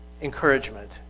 encouragement